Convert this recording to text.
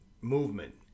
movement